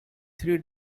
three